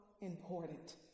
important